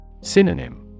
Synonym